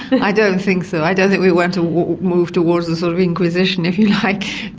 i don't think so, i don't think we want to move towards a sort of inquisition if you like,